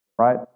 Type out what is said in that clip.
right